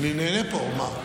אני נהנה פה, מה?